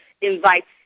invites